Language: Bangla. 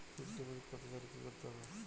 ফিক্সডডিপোজিট করতে চাইলে কি করতে হবে?